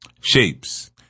shapes